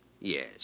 Yes